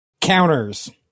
Counters